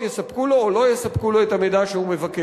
יספקו לו או לא יספקו לו את המידע שהוא מבקש.